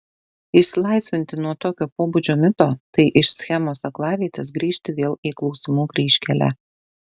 išsilaisvinti nuo tokio pobūdžio mito tai iš schemos aklavietės grįžti vėl į klausimų kryžkelę